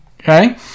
okay